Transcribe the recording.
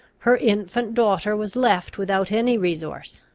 her infant daughter was left without any resource.